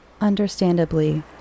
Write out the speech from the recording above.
understandably